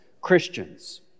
Christians